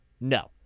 No